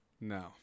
No